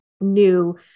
new